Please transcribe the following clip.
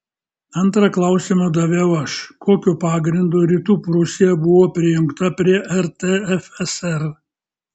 antrą klausimą daviau aš kokiu pagrindu rytų prūsija buvo prijungta prie rtfsr